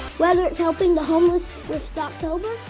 whether it's helping the homeless socktober,